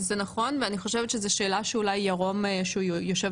זה נכון ואני חושבת שזו שאלה שאולי ירום שהוא יושב